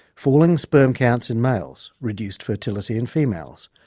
falling sperm counts in males, reduced fertility in females,